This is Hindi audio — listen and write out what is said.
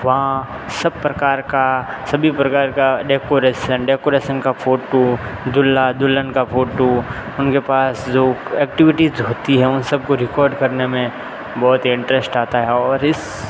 वहाँ सब प्रकार का सभी प्रकार का डेकोरेशन डेकोरेशन का फोटो दूल्हा दुल्हन का फोटो उनके पास जो एक्टिविटीज होती हैं उन सब को रिकॉर्ड करने में बहुत ही इंटरेस्ट आता है और इस